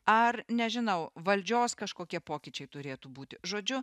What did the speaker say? ar nežinau valdžios kažkokie pokyčiai turėtų būti žodžiu